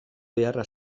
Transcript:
beharra